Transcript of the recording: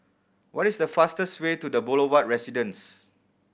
what is the fastest way to The Boulevard Residence